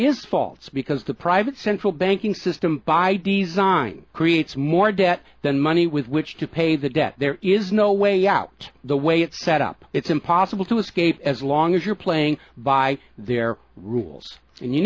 is false because the private central banking system by design creates more debt than money with which to pay the debt there is no way out the way it's set up it's impossible to escape as long as you're playing by their rules and you